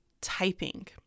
typing